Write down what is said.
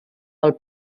pel